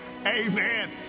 Amen